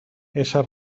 esa